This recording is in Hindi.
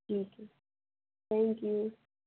ठीक है थैंक यू